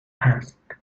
asked